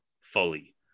fully